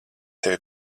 tevi